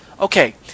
Okay